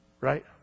right